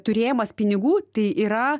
turėjimas pinigų tai yra